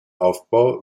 aufbau